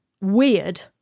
weird